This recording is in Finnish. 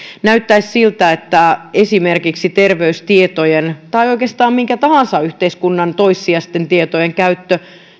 näyttäisi siltä että esimerkiksi terveystietojen tai oikeastaan yhteiskunnan minkä tahansa toissijaisten tietojen käyttö